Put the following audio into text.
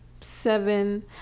seven